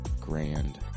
grand